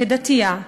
כדתייה,